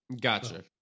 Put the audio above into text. Gotcha